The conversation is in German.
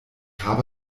habe